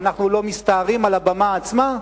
ואנחנו לא מסתערים על הבמה עצמה,